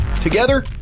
Together